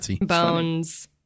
Bones